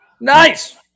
Nice